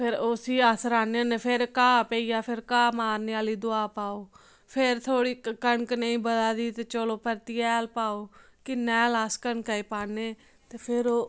फिर उसी अस र्हान्ने होन्ने फिर घाह् पेई गेआ फिर घाह् मारने आह्ली दवा पाओ फिर थोह्ड़ी कनक निं बधा दी ते चलो परतियै हैल पाओ किन्ना हैल अस कनकै गी पान्ने ते फिर ओह्